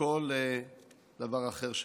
וכל דבר אחר.